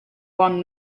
won